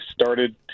started